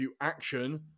action